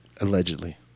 allegedly